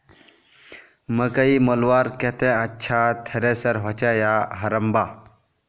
मकई मलवार केते अच्छा थरेसर होचे या हरम्बा?